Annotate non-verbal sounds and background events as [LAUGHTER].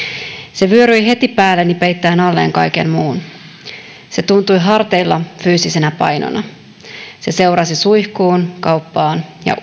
se vyöryi heti päälleni peittäen alleen kaiken muun se tuntui harteilla fyysisenä painona se seurasi suihkuun kauppaan ja [UNINTELLIGIBLE]